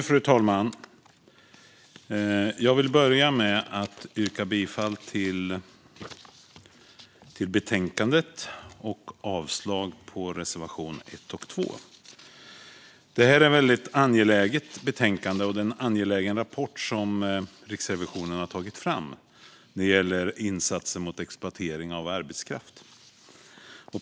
Fru talman! Jag vill börja med att yrka bifall till utskottets förslag och avslag på reservationerna 1 och 2. Det här är ett väldigt angeläget betänkande och en angelägen rapport som Riksrevisionen har tagit fram när det gäller insatser mot exploatering av arbetskraft.